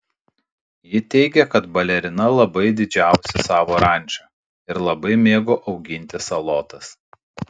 ji teigia kad balerina labai didžiavosi savo ranča ir labai mėgo auginti salotas